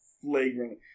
flagrantly